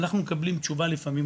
אנחנו מקבלים תשובה לפעמים,